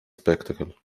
spectacle